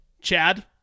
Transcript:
Chad